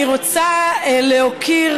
אני רוצה להוקיר.